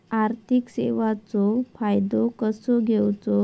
आर्थिक सेवाचो फायदो कसो घेवचो?